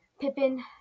Pippin